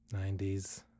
90s